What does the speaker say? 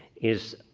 is